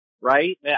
right